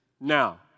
now